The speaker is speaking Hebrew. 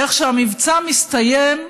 איך שהמבצע מסתיים,